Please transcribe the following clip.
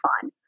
fun